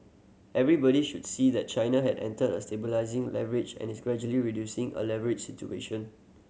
everybody should see that China had entered a stabilising leverage and is gradually reducing the a leverage situation